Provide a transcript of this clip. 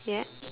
you have